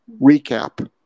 recap